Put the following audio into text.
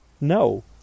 No